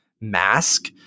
mask